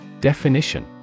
Definition